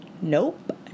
Nope